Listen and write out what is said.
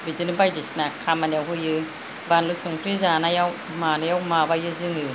बिदिनो बायदिसिना खामानियाव होयो बानलु संख्रि जानायाव मानायाव माबायो जोङो